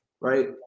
right